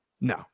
No